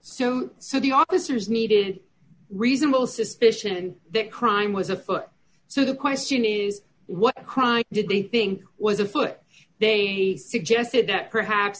so so the officers needed reasonable suspicion that crime was afoot so the question is what crime did they think was afoot they suggested that perhaps